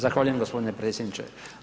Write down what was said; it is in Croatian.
Zahvaljujem gospodine predsjedniče.